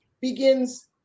begins